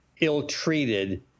ill-treated